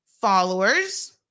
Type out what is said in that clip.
followers